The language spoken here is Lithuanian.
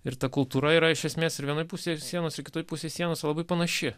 ir ta kultūra yra iš esmės ir vienoj pusėj sienos ir kitoj pusėj sienos labai panaši